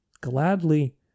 gladly